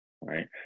right